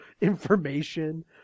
information